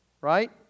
right